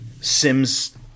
Sims